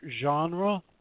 genre